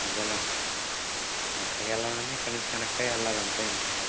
అదేలేండి ఎక్కడికెళ్ళాలన్నా ఇక్కడ నుంచి కనక్ట్ అయ్యి వెళ్ళాలంతే ఇంక